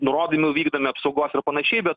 nurodymų vykdome apsaugos ir panašiai bet